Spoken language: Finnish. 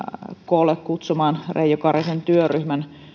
koolle kutsuman reijo karhisen työryhmän